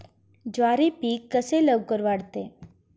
ज्वारी पीक कसे लवकर वाढते?